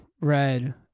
Red